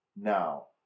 Now